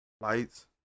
Lights